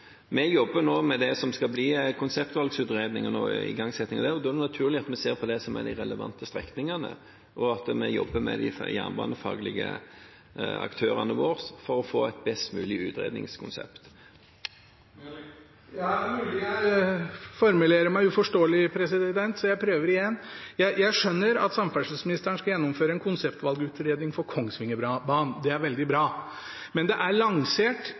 Vi jobber nå med det som skal bli en konseptvalgutredning, og da er det naturlig at vi ser på de relevante strekningene, og at vi jobber med de jernbanefaglige aktørene våre for å få et best mulig utredningskonsept. Det er mulig jeg formulerer meg uforståelig, så jeg prøver igjen. Jeg skjønner at samferdselsministeren skal gjennomføre en konseptvalgutredning for Kongsvingerbanen. Det er veldig bra. Men det er også lansert